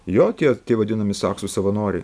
jo tie tie vadinami saksų savanoriai